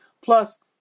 plus